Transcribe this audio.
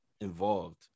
involved